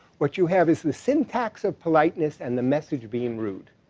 what you have is the syntax of politeness and the message of being rude.